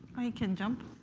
can jump.